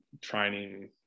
training